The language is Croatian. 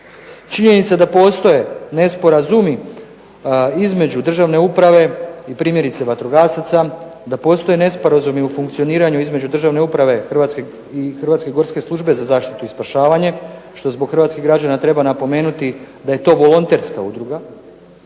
Činjenica je da postoje nesporazumi između državne uprave i primjerice vatrogasaca, da postoje nesporazumi u funkcioniranju između državne uprave i Hrvatske gorske službe za zaštitu i spašavanje, što zbog hrvatskih građana treba napomenuti da je to volonterska udruga,